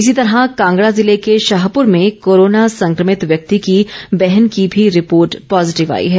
इसी तरह कांगड़ा जिले के शाहपुर में कोरोना संक्रमित व्यक्ति की बहन की भी रिपोर्ट पॉज़िटिव आई है